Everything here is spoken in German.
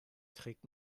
trägt